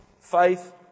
faith